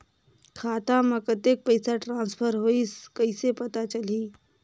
खाता म कतेक पइसा ट्रांसफर होईस कइसे पता चलही?